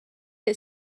est